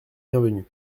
bienvenue